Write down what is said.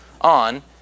on